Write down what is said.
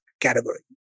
category